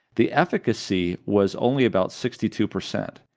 the efficacy was only about sixty two percent.